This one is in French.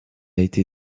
été